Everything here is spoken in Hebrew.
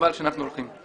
וחבל שאנחנו הולכים.